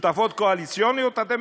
שותפות קואליציוניות אתם